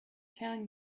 telling